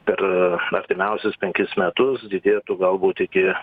per artimiausius penkis metus didėtų galbūt iki